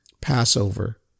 Passover